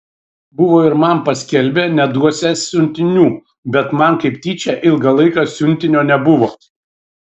buvo ir man paskelbę neduosią siuntinių bet man kaip tyčia ilgą laiką siuntinio nebuvo